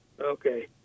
Okay